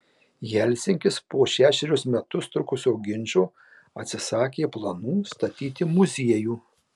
helsinkis po šešerius metus trukusio ginčo atsisakė planų statyti muziejų